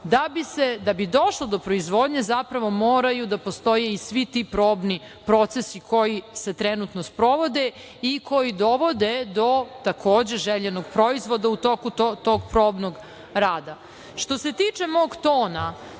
bi došlo do proizvodnje, zapravo, moraju da postoje i svi ti probni procesi koji se trenutno sprovode i koji dovode do takođe željnog proizvoda u toku tog probnog rada. Što se tiče mog tona,